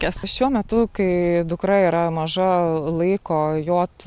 tiesa šiuo metu kai dukra yra maža laiko jot